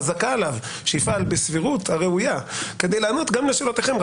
חזקה עליו שיפעל בסבירות הראויה כדי לענות גם לשאלותיכם,